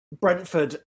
Brentford